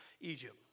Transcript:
Egypt